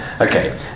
Okay